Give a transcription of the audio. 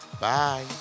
Bye